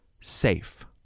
Safe